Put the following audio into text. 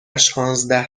شانزده